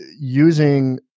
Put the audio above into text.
using